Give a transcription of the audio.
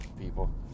people